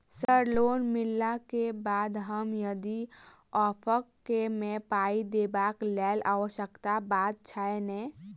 Sir loan मिलला केँ बाद हम यदि ऑफक केँ मे पाई देबाक लैल व्यवस्था बात छैय नै?